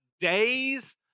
days